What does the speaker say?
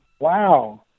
wow